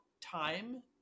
time